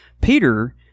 Peter